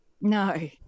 No